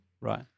Right